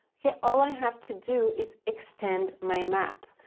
yeah all i have to do is extend my map.